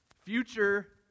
Future